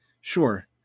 Sure